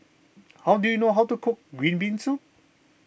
how do you know how to cook Green Bean Soup